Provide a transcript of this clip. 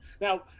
Now